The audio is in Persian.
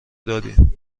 دادیم